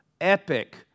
epic